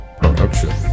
production